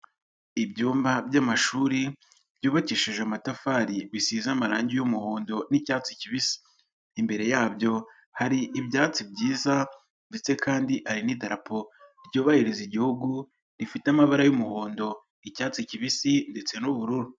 Ibyumba by'amashuri byubakishije amatafari bisize amarangi y'umuhondo n'icyatsi kibisi, imbere yabyo hari ibyatsi byiza ndetse kandi ari n'idarapo ryubahiriza igihugu rifite amabara y'umuhondo, icyatsi kibisi, ndetse n'ubururu.